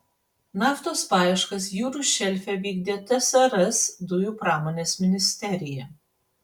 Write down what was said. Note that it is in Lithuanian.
naftos paieškas jūrų šelfe vykdė tsrs dujų pramonės ministerija